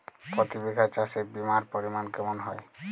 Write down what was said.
প্রতি বিঘা চাষে বিমার পরিমান কেমন হয়?